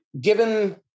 given